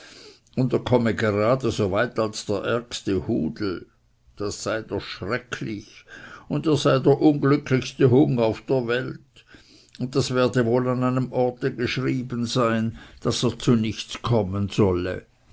und er komme gerade so weit als der ärgste hudel das sei doch schrecklich und er sei der unglücklichste hung auf der welt und das werde wohl an einem orte geschrieben sein daß er zu nichts kommen solle